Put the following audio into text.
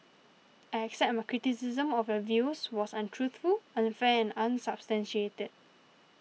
I accept my criticism of your views was untruthful unfair and unsubstantiated